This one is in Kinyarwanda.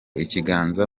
ikiganza